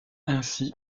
ainsi